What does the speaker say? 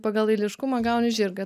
pagal eiliškumą gauni žirgą